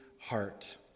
heart